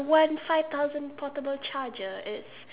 one five thousand portable charger it's